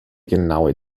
genaue